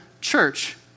church